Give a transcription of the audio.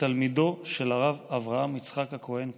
תלמידו של הרב אברהם יצחק הכהן קוק.